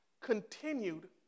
continued